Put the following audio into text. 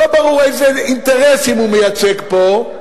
לא ברור איזה אינטרסים הוא מייצג פה,